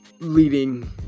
leading